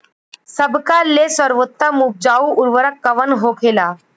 सबका ले सर्वोत्तम उपजाऊ उर्वरक कवन होखेला?